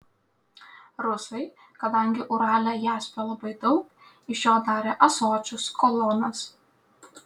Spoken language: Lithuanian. rusai kadangi urale jaspio labai daug iš jo darė ąsočius kolonas